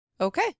Okay